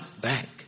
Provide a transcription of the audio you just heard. back